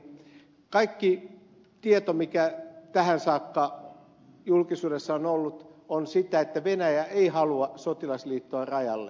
kaikki tieto mikä tähän saakka julkisuudessa on ollut on sitä että venäjä ei halua sotilasliittoa rajalleen